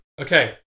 okay